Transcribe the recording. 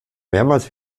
mehrmals